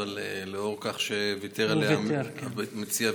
אבל מכיוון שוויתר עליה המציע,